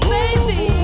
baby